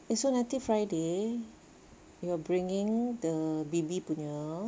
so nanti Friday you're bringing the baby punya